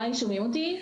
שמעוני מהלמ"ס.